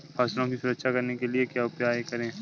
फसलों की सुरक्षा करने के लिए क्या उपाय करें?